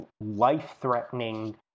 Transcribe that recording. life-threatening